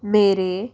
ਮੇਰੇ